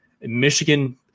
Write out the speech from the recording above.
Michigan